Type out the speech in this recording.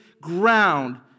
ground